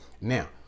now